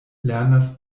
lernas